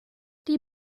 die